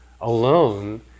alone